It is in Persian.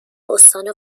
استان